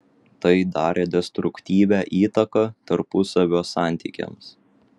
tai darė destruktyvią įtaką tarpusavio santykiams